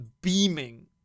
beaming